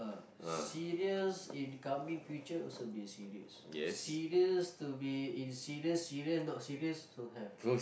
ah serious in becoming future also be serious serious to be in serious serious not serious also have